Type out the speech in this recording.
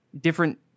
different